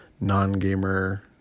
non-gamer